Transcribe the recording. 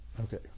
Okay